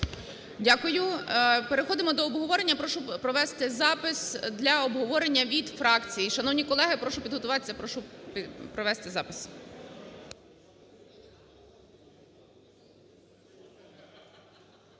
Дякую. Переходимо до обговорення. Прошу провести запис для обговорення від фракцій. Шановні колеги, я прошу підготуватися, прошу провести запис.